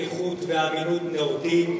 איכות ואמינות נאותות,